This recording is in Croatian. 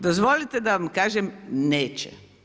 Dozvolite da vam kažem - neće.